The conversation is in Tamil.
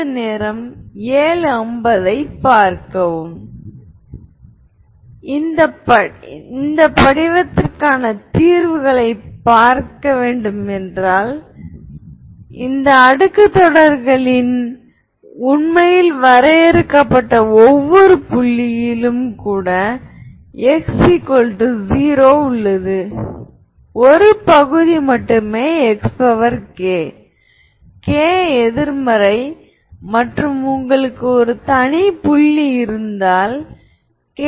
நான் காட்ட விரும்பும் அனைத்து ஐகென் மதிப்புகளும் உண்மையானவை எனவே A ஒரு ஹெர்மிடியன் என்று கருதுங்கள் Av v λv v எங்களுக்குத் தெரியும் λv vi1nvi